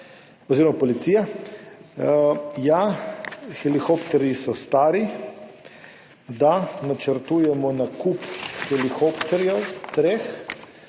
oziroma policija. Da, helikopterji so stari. Da, načrtujemo nakup treh helikopterjev. Želja